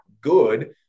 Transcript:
good